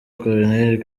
colonel